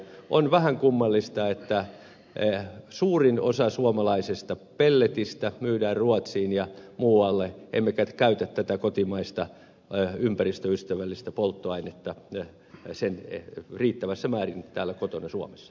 on vähän kummallista että suurin osa suomalaisesta pelletistä myydään ruotsiin ja muualle emmekä käytä tätä kotimaista ympäristöystävällistä polttoainetta riittävässä määrin täällä kotona suomessa